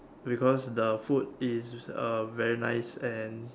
because the food is uh very nice and